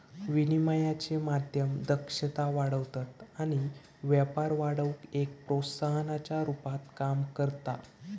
विनिमयाचे माध्यम दक्षता वाढवतत आणि व्यापार वाढवुक एक प्रोत्साहनाच्या रुपात काम करता